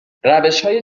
روشهای